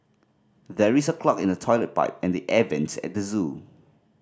there is a clog in the toilet pipe and the air vents at the zoo